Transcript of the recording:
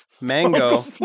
mango